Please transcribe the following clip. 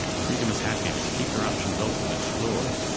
freedom is happiness. keep your options open, explore.